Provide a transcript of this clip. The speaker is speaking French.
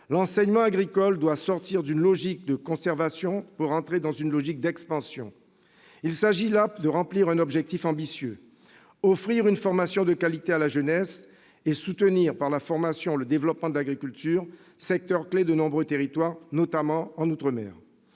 l'enseignement agricole doit sortir d'une logique de conservation pour entrer dans une dynamique d'expansion. Il s'agit d'atteindre un objectif ambitieux : offrir une formation de qualité à la jeunesse et soutenir, par la formation, le développement de l'agriculture, secteur clé pour de nombreux territoires, notamment en outre-mer.